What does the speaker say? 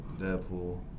Deadpool